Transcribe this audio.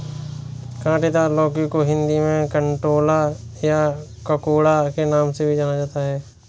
काँटेदार लौकी को हिंदी में कंटोला या ककोड़ा के नाम से भी जाना जाता है